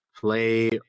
play